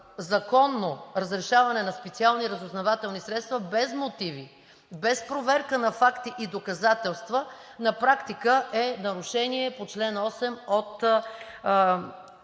законно разрешаване на специални разузнавателни средства без мотиви, без проверка на факти и доказателства на практика е нарушение по чл. 8 от